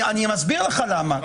אני מסביר למה.